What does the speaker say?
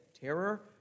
terror